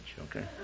okay